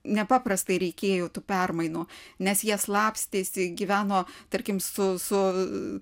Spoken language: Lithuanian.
nepaprastai reikėjo tų permainų nes jie slapstėsi gyveno tarkim su su